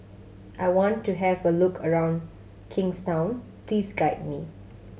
I want to have a look around Kingstown please guide me